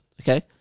okay